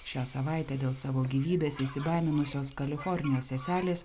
šią savaitę dėl savo gyvybės įsibaiminusios kalifornijos seselės